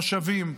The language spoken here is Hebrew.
מושבים,